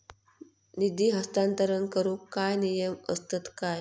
निधी हस्तांतरण करूक काय नियम असतत काय?